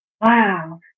Wow